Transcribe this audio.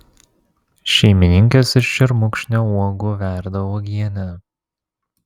šeimininkės iš šermukšnio uogų verda uogienę